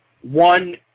One